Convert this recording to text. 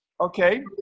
Okay